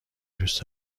دوست